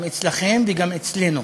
גם אצלכם וגם אצלנו.